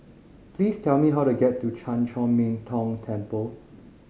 please tell me how to get to Chan Chor Min Tong Temple